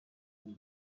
abo